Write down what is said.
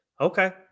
Okay